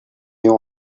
you